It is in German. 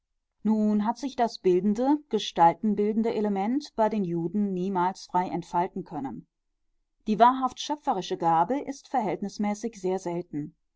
nun hat sich das bildende gestaltenbildende element bei den juden niemals frei entfalten können die wahrhaft schöpferische gabe ist verhältnismäßig sehr selten